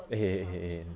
!hey! !hey! !hey! !hey!